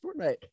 Fortnite